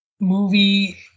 movie